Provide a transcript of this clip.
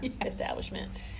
establishment